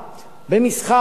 במשחק,